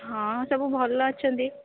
ହଁ ସବୁ ଭଲ ଅଛନ୍ତି